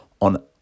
on